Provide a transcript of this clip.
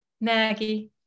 Maggie